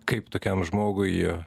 kaip tokiam žmogui